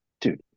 dude